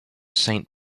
saint